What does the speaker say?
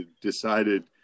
decided